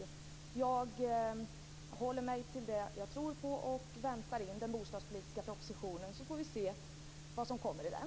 Jag håller mig till det som jag tror på och väntar in den bostadspolitiska propositionen. Vi får se vad som kommer i den.